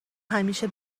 همیشه